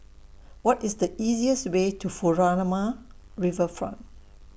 What IS The easiest Way to Furama Riverfront